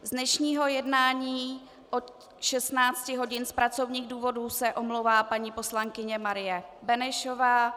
Z dnešního jednání od 16 hodin z pracovních důvodů se omlouvá paní poslankyně Marie Benešová.